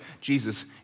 Jesus